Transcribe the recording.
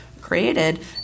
created